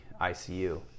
ICU